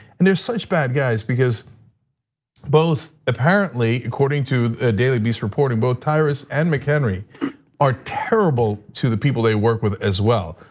and they're such bad guys, because both apparently according to the daily beast reporting, both tyrus and mchenry are terrible to the people they work with as well.